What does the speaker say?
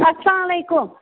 اسلام علیکُم